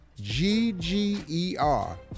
G-G-E-R